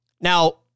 Now